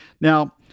Now